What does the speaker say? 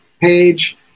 page